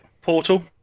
portal